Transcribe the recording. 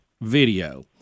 video